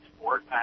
sport